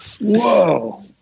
Whoa